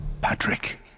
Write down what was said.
Patrick